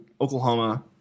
Oklahoma